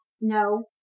No